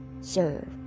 serve